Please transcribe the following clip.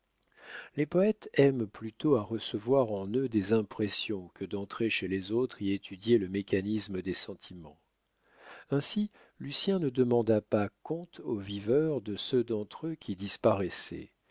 les poètes aiment plutôt à recevoir en eux des impressions que d'entrer chez les autres y étudier le mécanisme des sentiments ainsi lucien ne demanda pas compte aux viveurs de ceux d'entre eux qui disparaissaient